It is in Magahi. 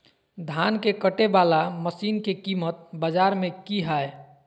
धान के कटे बाला मसीन के कीमत बाजार में की हाय?